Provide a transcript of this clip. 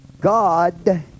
God